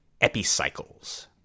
Epicycles